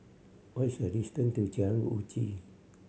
what is the distance to Jalan Uji